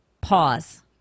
pause